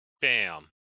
Bam